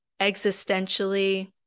existentially